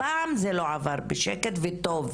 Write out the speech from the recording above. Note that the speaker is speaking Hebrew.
הפעם זה לא עבר בשקט, וטוב.